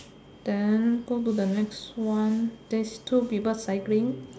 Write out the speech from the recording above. then go to the next one there's two people cycling